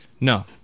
No